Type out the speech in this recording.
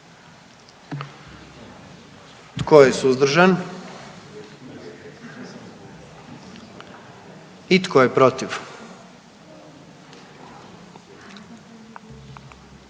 Tko je suzdržan? I tko je protiv?